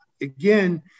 again